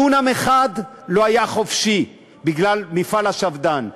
דונם אחד לא היה חופשי, בגלל מפעל השפד"ן.